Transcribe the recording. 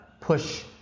push